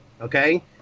Okay